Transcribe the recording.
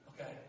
okay